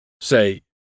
say